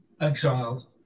exiled